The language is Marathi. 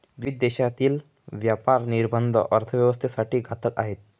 विविध देशांतील व्यापार निर्बंध अर्थव्यवस्थेसाठी घातक आहेत